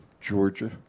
Georgia